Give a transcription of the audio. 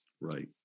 Right